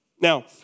Now